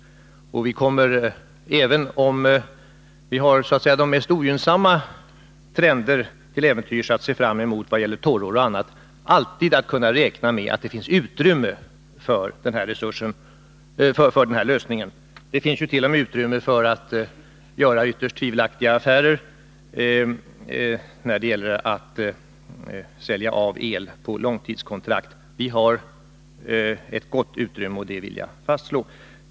Även under de mest ogynnsamma villkor med torrår och annat kommer vi alltid att kunna räkna med att det finns utrymme för den här lösningen. Det finns t.o.m. utrymme för att göra ytterst tvivelaktiga affärer när det gäller att sälja av el på långtidskontrakt. Vi har ett gott utrymme -— det vill jag fastslå.